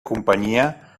companyia